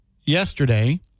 yesterday